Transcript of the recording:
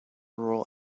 rural